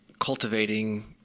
cultivating